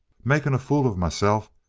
making a fool of myself,